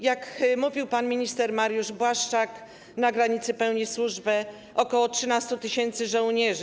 Jak mówił pan minister Mariusz Błaszczak, na granicy pełni służbę ok. 13 tys. żołnierzy.